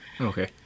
Okay